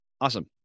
Awesome